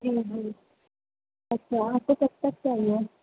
جی جی اچھا آپ کو کب تک چاہیے